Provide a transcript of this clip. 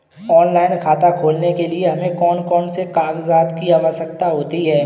Online खाता खोलने के लिए हमें कौन कौन से कागजात की आवश्यकता होती है?